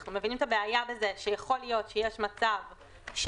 אנו מבינים את הבעיה שיכול להיות שיש מצב של